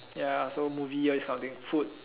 ya so movie all this kind of thing food